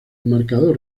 marcador